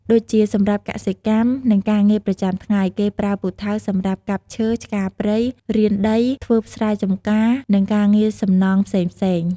ដូចជាសម្រាប់កសិកម្ម និងការងារប្រចាំថ្ងៃ គេប្រើពូថៅសម្រាប់កាប់ឈើ ឆ្ការព្រៃ រានដីធ្វើស្រែចម្ការ និងការងារសំណង់ផ្សេងៗ។